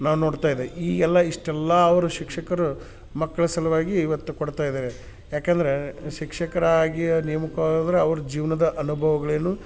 ನಾವು ನೋಡ್ತಾಯಿದ್ದೇವೆ ಈ ಎಲ್ಲ ಇಷ್ಟೆಲ್ಲ ಅವರು ಶಿಕ್ಷಕರು ಮಕ್ಕಳ ಸಲುವಾಗಿ ಇವತ್ತು ಕೊಡ್ತಾಯಿದ್ದಾರೆ ಯಾಕಂದರೆ ಶಿಕ್ಷಕರಾಗಿ ನೇಮಕವಾದ್ರೆ ಅವ್ರ ಜೀವ್ನದ ಅನುಭವ್ಗಳೇನು